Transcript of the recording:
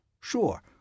Sure